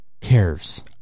cares